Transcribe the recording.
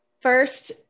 first